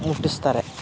ಮುಟ್ಟಿಸ್ತಾರೆ